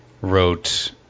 wrote